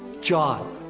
jon.